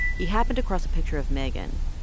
he happened across a picture of megan.